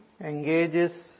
engages